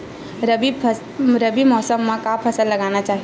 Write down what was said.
रबी मौसम म का फसल लगाना चहिए?